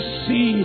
see